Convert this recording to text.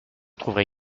trouverai